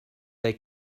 they